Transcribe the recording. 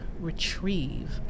retrieve